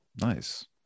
nice